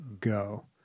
go